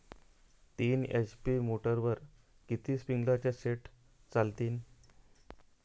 तीन एच.पी मोटरवर किती स्प्रिंकलरचे सेट चालतीन?